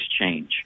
Change